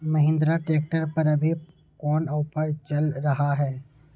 Mahindra tractor पर अभी कोन ऑफर चल रहा है?